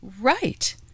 Right